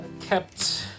Kept